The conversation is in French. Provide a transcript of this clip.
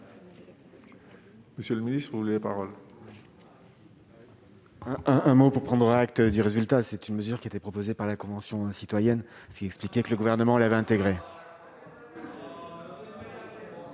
Monsieur le Ministre, vous voulez paroles. Un un mot pour prendre acte du résultat, c'est une mesure qui était proposé par la Convention citoyenne ce expliquait que le gouvernement l'avait intégré.